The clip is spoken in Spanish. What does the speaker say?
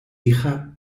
pija